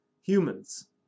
humans